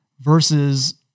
versus